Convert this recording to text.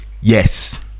Yes